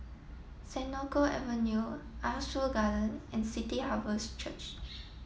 Senoko Avenue Ah Soo Garden and City Harvest Church